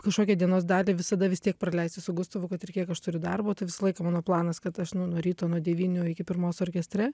kažkokią dienos dalį visada vis tiek praleisti su gustavu kad ir kiek aš turiu darbo tai visą laiką mano planas kad aš nu nuo ryto nuo devynių iki pirmos orkestre